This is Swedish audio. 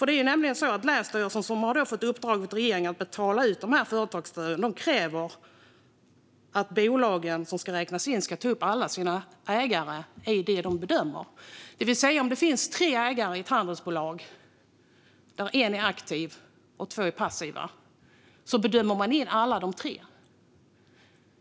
Det är nämligen på det sättet att länsstyrelsen, som har fått i uppdrag av regeringen att betala ut företagsstöden, kräver att bolagen ska ta upp alla sina ägare i det som ska bedömas. Om det finns tre ägare i ett handelsbolag, varav en är aktiv och två är passiva, räknar man alltså in alla tre.